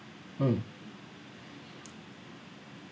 mm